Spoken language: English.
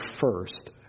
first